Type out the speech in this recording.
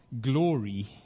glory